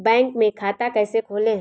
Bank में खाता कैसे खोलें?